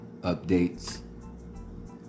updates